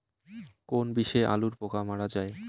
কোন বিষে আলুর পোকা মারা যায়?